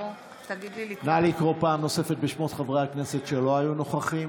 לקרוא פעם נוספת בשמות חברי הכנסת שלא היו נוכחים,